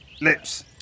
Lips